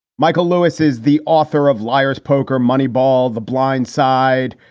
michael lewis is the author of liar's poker, moneyball, the blind side,